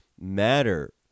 matter